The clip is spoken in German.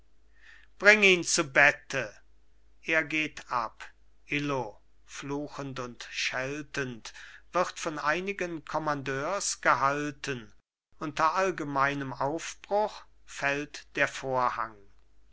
bring ihn zu bette er geht ab illo fluchend und scheltend wird von einigen kommandeurs gehalten unter allgemeinem aufbruch fällt der vorhang